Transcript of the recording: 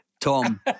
Tom